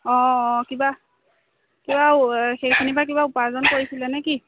অঁ অঁ কিবা কিবা ৱ সেইখিনি পা কিবা উপাৰ্জন কৰিছিলে নে কি